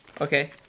okay